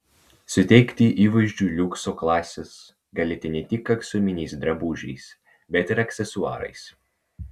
suteikti įvaizdžiui liukso klasės galite ne tik aksominiais drabužiais bet ir aksesuarais